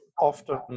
often